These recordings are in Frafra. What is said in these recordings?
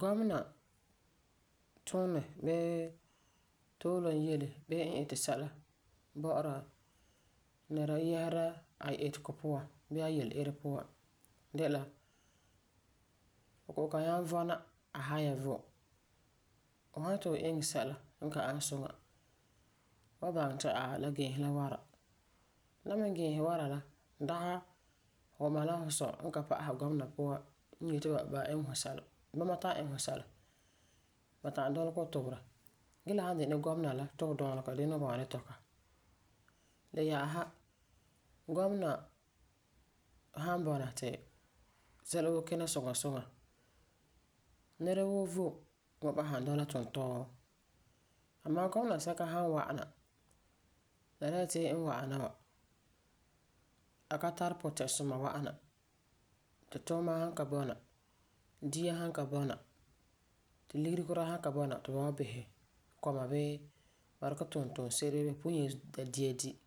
Gɔmena tuunɛ bee tuulum yele bee e iti sɛla bɔ'ɔra nɛra yɛsera a itegɔ puan bee yele-irɛ puan de la fu kan nyaŋɛ vɔna ahaya vom. Fu san yeti fu iŋɛ sɛla n ka ani suŋa, fu wan baŋɛ ti aai, la giisɛ la wara. La me giisɛ wara la dagi fu ma la fu sɔ n ka pa'asɛ gɔmena puan n yeti ba iŋɛ fu sɛla. Bama ta'am dɔlegɛ fu tuberɛ. Ge la san de ni gɔmena la tubedɔlegerɛ la dinɛ wan bɔna di tɔka. Le yɛ'ɛsa, gɔmena san bɔna ti sɛla woo kina suŋa suŋa, nɛrawoo vom wan ba'asum dɔla tuntɔɔ. Amaa gɔmena sɛka san wa'ana ti la dɛna ti e wa'ana wa, a ka tari putisuma wa'am na. Ti tuuma san ka bɔna, dia san ka bɔna, ti ligeri kuraa san ka bɔna ti fu wan bisɛ kɔma bee pugum wan dikɛ tum tuunse'ere bee ba kɔ'ɔm yenzuu da dia di,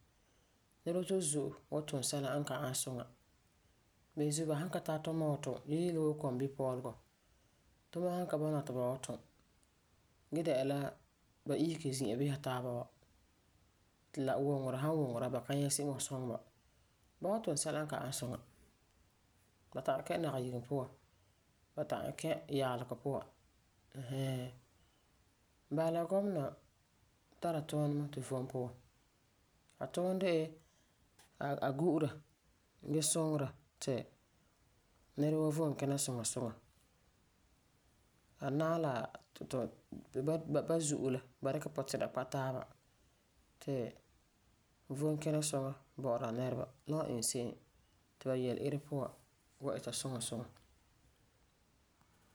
nɛreba zo'e zo'e wan tum sɛla n ka ani suŋa. Beni zuo, ba san ka tara tuuma wan tum yele yele wuu kɔmbipɔɔlegɔ. Tuuma san ka bɔna ti ba wan tum gee di'a la ba isege zi'a bisa taaba wa, ti la wuŋerɛ san wuna ba kan nyɛ se'em n wan suŋɛ ba, ba wan tum sɛla n ka ani suŋa. Ba ta'am kɛ̃ nayigum puan. Ba ta'am kɛ̃ yaalegɔ puan ɛɛn hɛɛn. Bala la gɔmena tari tuunɛ mɛ tu vom puan. A tuunɛ la a gu'ura gee suŋera ti nɛra woo vom kina suŋa suŋa. A naɛ la a tun, ba ba zo'e la a naɛ la ba ti dikɛ puti'ira kpa taaba ti vom kina suŋa bɔ'ɔra nɛreba la wan iŋɛ se'em ti ba yele-irɛ puan ita suŋa suŋa.